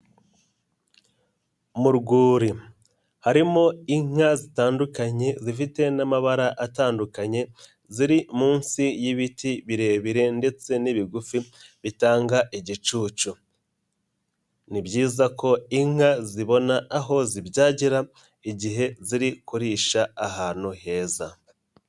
Mu rwuri harimo inka zitandukanye zifite n'amabara atandukanye ziri munsi y'ibiti birebire ndetse n'ibigufi bitanga igicucu, ni byiza ko inka zibona aho zibyagira igihe ziri kurisha ahantu heza.